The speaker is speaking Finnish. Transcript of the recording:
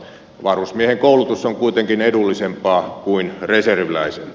varusmiehen koulutus on kuitenkin edullisempaa kuin reserviläisen